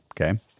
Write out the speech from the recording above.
okay